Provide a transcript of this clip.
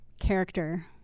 Character